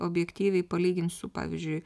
objektyviai palygint su pavyzdžiui